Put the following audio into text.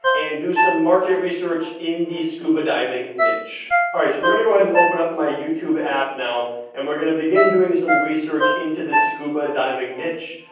and do some market research in the scuba diving niche. all right, so we're gonna go ahead and open up my youtube app now, and we're gonna begin doing some research into this scuba diving niche,